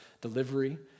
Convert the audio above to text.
delivery